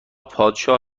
پادشاه